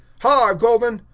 haw, golden!